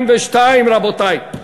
ב-2002, רבותי,